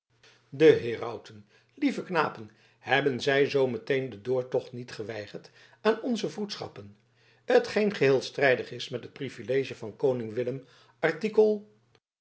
de herauten lieve knapen hebben zij zoo meteen den doortocht niet geweigerd aan onze vroedschappen t geen geheel strijdig is met het privilege van koning willem artikel